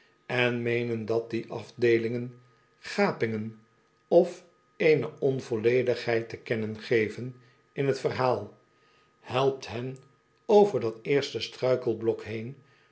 en meenen dat die afdeelingen gapingen of eene onvolledigheid te kennen geven in t verhaal helpt hen over dat eerste struikelblok heen